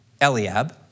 Eliab